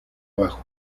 abajo